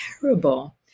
terrible